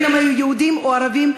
יהודים וערבים,